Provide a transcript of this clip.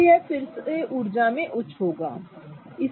तो यह फिर से ऊर्जा में उच्च होगा ठीक है